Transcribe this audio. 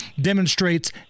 demonstrates